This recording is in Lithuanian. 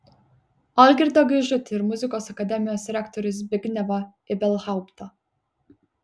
algirdą gaižutį ir muzikos akademijos rektorių zbignevą ibelhauptą